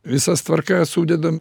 visas tvarkas sudedam